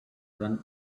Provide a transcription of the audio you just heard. ran